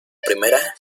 primera